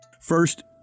First